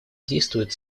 действует